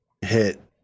hit